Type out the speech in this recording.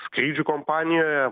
skrydžių kompanijoje